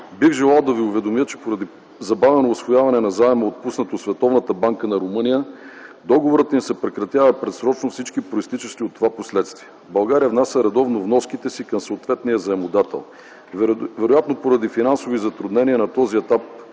Бих желал да Ви уведомя, че поради забавено усвояване на заема, отпуснат от Световната банка на Румъния, договорът им се прекратява предсрочно с всички произтичащи от това последствия. България внася редовно вноските си към съответния заемодател. Вероятно поради финансови затруднения на този етап